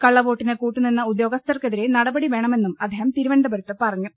കള്ളവോട്ടിന് കൂട്ടുനിന്ന ഉദ്യോഗസ്ഥർക്കെതിരെ നട പടി വേണമെന്നും അദ്ദേഹം തിരുവനന്തപുരത്ത് പറഞ്ഞു